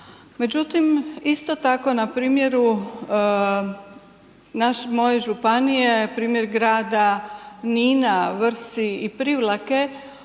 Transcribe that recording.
Međutim, isto tako na primjeru moje županije, primjer grada Nina, Vrsi i Privlake